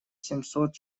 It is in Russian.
семьсот